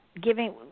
giving